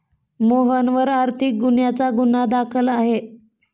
मोहनवर आर्थिक गुन्ह्याचा गुन्हा दाखल आहे